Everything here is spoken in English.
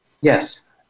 Yes